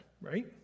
right